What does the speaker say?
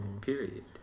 period